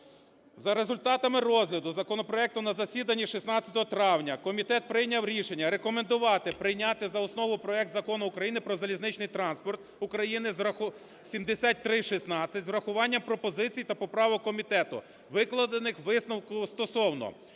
За результатами розгляду законопроекту на засіданні 16 травня комітет прийняв рішення рекомендувати прийняти за основу проект Закону України про залізничний транспорт України (7316) з урахуванням пропозицій та поправок комітету, викладених у висновку стосовно